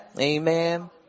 Amen